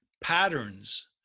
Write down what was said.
patterns